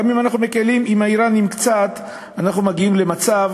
גם אם אנחנו מקלים עם האיראנים קצת אנחנו לא מגיעים למצב